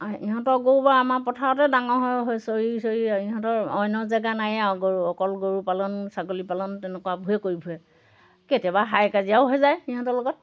ইহঁতৰ গৰুবোৰ আমাৰ পথাৰতে ডাঙৰ হৈ হৈ চৰি চৰি ইহঁতৰ অন্য জেগা নায়ে আৰু গৰু অকল গৰু পালন ছাগলী পালন তেনেকুৱাবোৰহে কৰি ফুৰে কেতিয়াবা হাই কাজিয়াও হৈ যায় সিহঁতৰ লগত